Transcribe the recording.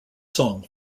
song